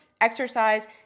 exercise